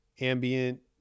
ambient